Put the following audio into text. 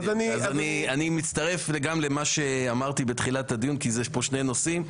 אני מצטרף גם למה שאמרתי בתחילת הדיון כי זה פה שני נושאים.